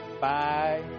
Bye